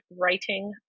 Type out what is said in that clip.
Writing